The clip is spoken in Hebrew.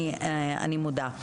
אני מודה.